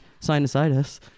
sinusitis